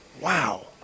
Wow